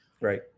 Right